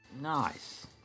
Nice